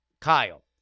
Kyle